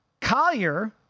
Collier